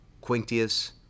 Quintius